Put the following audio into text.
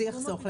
זה יחסוך להם.